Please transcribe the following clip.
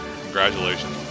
Congratulations